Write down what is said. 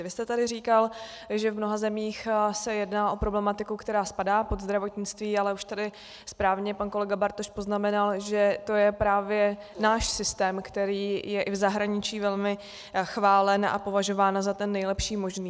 Vy jste tady říkal, že v mnoha zemích se jedná o problematiku, která spadá pod zdravotnictví, ale už tady správně pan kolega Bartoš poznamenal, že to je právě náš systém, který je i v zahraničí velmi chválen a považován za ten nejlepší možný.